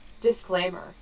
disclaimer